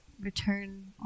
return